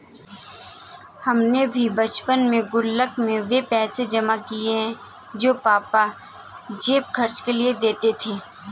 हमने भी बचपन में गुल्लक में वो पैसे जमा किये हैं जो पापा जेब खर्च के लिए देते थे